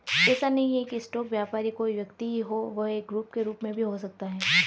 ऐसा नहीं है की स्टॉक व्यापारी कोई व्यक्ति ही हो वह एक ग्रुप के रूप में भी हो सकता है